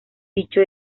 dicho